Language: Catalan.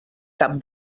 cap